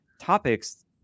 topics